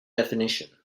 definition